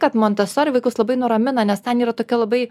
kad montesori vaikus labai nuramina nes ten yra tokia labai